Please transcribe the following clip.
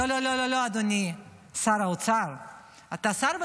לא, לא, אדוני שר האוצר, אתה שר בממשלה.